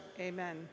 Amen